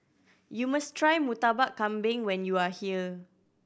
you must try Murtabak Kambing when you are here